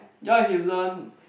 ya he learn